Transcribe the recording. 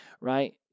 right